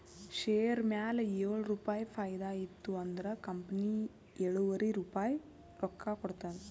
share ಮ್ಯಾಲ ಏಳು ರುಪಾಯಿ ಫೈದಾ ಇತ್ತು ಅಂದುರ್ ಕಂಪನಿ ಎಳುವರಿ ರುಪಾಯಿ ರೊಕ್ಕಾ ಕೊಡ್ತುದ್